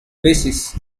basis